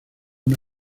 una